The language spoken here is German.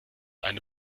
eine